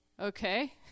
Okay